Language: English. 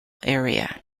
area